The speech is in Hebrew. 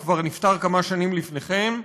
הוא כבר נפטר כמה שנים לפני כן,